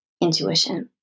intuition